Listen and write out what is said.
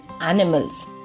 animals